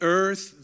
earth